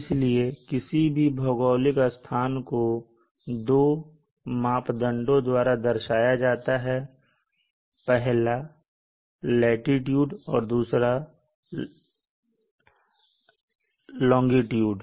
इसलिए किसी भी भोगौलिक स्थान को दो मापदंडों द्वारा दर्शाया जाता है पहला अक्षांश ϕ और दूसरा देशांतर λ